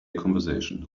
conversation